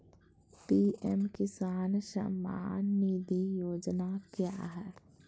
PM किसान सम्मान निधि योजना क्या है?